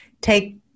take